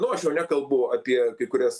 nu aš jau nekalbu apie kai kurias